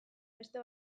beste